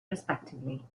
respectively